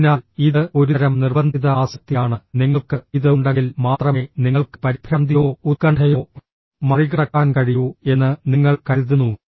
അതിനാൽ ഇത് ഒരുതരം നിർബന്ധിത ആസക്തിയാണ് നിങ്ങൾക്ക് ഇത് ഉണ്ടെങ്കിൽ മാത്രമേ നിങ്ങൾക്ക് പരിഭ്രാന്തിയോ ഉത്കണ്ഠയോ മറികടക്കാൻ കഴിയൂ എന്ന് നിങ്ങൾ കരുതുന്നു